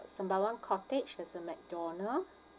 sembawang cottage there's a mcdonald